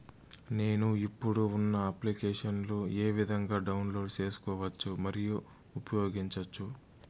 నేను, ఇప్పుడు ఉన్న అప్లికేషన్లు ఏ విధంగా డౌన్లోడ్ సేసుకోవచ్చు మరియు ఉపయోగించొచ్చు?